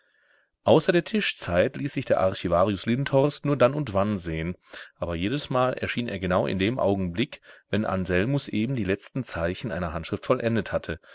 außer der tischzeit ließ sich der archivarius lindhorst nur dann und wann sehen aber jedesmal erschien er genau in dem augenblick wenn anselmus eben die letzten zeichen einer handschrift vollendet hatte